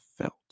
felt